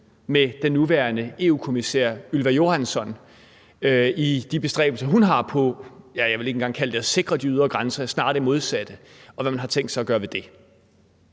med nuværende EU-kommissær Ylva Johansson i de bestræbelser, hun har på, ja, jeg vil ikke engang kalde det at sikre de ydre grænser, men snarere det modsatte, og hvad man har tænkt sig at gøre ved det.